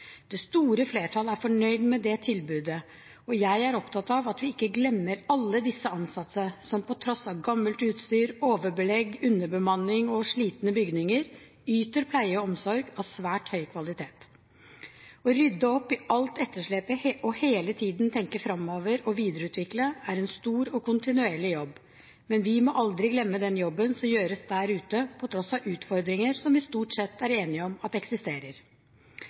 Det store flertall er fornøyd med det tilbudet, og jeg er opptatt av at vi ikke glemmer alle disse ansatte, som til tross for gammelt utstyr, overbelegg, underbemanning og slitne bygninger yter pleie og omsorg av svært høy kvalitet. Å rydde opp i alt etterslepet og hele tiden tenke framover og videreutvikle er en stor og kontinuerlig jobb. Men vi må aldri glemme den jobben som gjøres der ute, til tross for utfordringer som vi stort sett er enige om eksisterer.